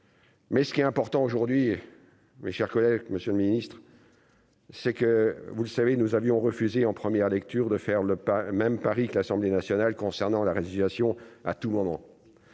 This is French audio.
Mais ce qui est important aujourd'hui, mes chers collègues, monsieur le ministre. C'est que, vous le savez, nous avions refusé en première lecture, de faire le pas même Paris, que l'Assemblée nationale concernant la réalisation à tout moment